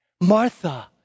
Martha